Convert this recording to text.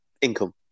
income